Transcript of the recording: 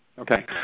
Okay